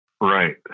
Right